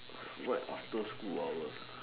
what after school hour